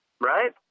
Right